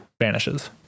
vanishes